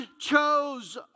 chose